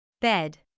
Bed